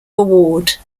award